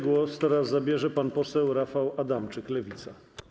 Głos teraz zabierze pan poseł Rafał Adamczyk, Lewica.